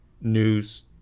news